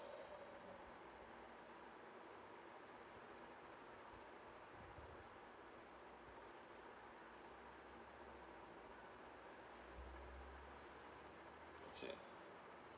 okay